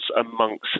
amongst